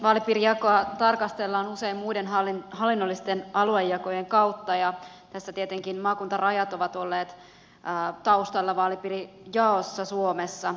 vaalipiirijakoa tarkastellaan usein muiden hallinnollisten aluejakojen kautta ja tietenkin maakuntarajat ovat olleet taustalla vaalipiirijaossa suomessa